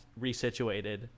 resituated